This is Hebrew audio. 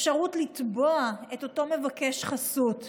אפשרות לתבוע את אותו מבקש חסות.